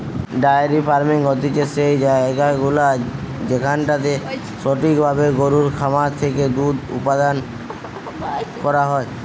diary farming হতিছে সেই জায়গাগুলা যেখানটাতে সঠিক ভাবে গরুর খামার থেকে দুধ উপাদান করা হয়